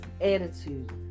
attitude